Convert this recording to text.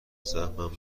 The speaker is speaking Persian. سهمم